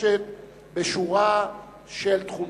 המתחדשת בשורה של תחומים.